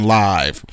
live